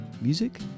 music